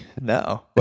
No